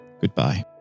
goodbye